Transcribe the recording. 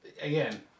Again